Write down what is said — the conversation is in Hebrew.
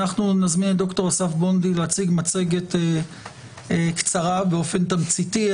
אנחנו נזמין את דוקטור אסף בונדי להציג מצגת קצרה באופן תמציתי.